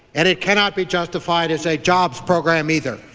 and it cannot be justified as a jobs program, either.